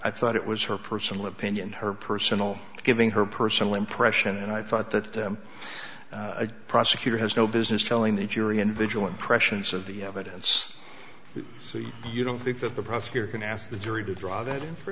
i thought it was her personal opinion her personal giving her personal impression and i thought that i'm a prosecutor has no business telling the jury in visual impressions of the evidence so you don't think that the prosecutor can ask the three draw that in